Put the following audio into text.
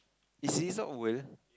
is it not worth